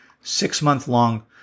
six-month-long